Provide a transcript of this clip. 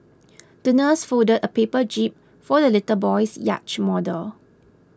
the nurse folded a paper jib for the little boy's yacht model